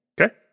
Okay